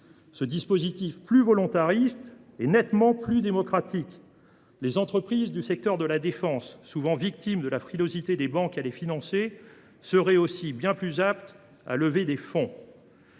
Ce dispositif plus volontariste est nettement plus démocratique. Les entreprises du secteur de la défense, souvent victimes de la frilosité des banques à les financer, seraient aussi bien plus aptes à lever des fonds.